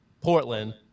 Portland